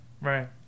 Right